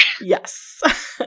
Yes